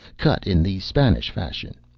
cut in the spanish fashion.